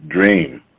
dream